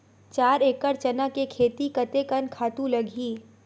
चार एकड़ चना के खेती कतेकन खातु लगही?